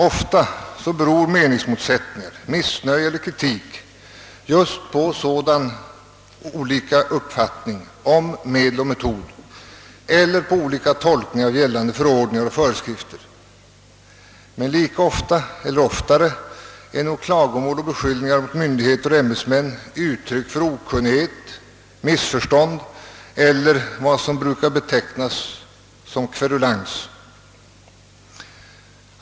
Ofta beror meningsmotsättningar, missnöje eller kritik just på sådana olika uppfattningar om medel och metod eller på skilda tolkningar av gällande förordningar och föreskrifter, men lika ofta eller oftare är nog klagomål och beskyllningar mot myndigheter och ämbetsmän uttryck för okunnighet, missförstånd eller vad som brukar kallas kverulans.